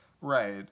right